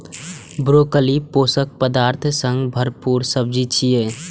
broccoli पोषक पदार्थ सं भरपूर सब्जी छियै